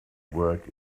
work